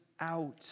out